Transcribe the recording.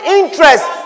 interests